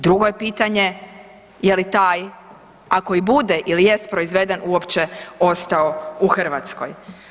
Drugo je pitanje je li taj ako i bude je li jest proizveden uopće ostao u Hrvatskoj?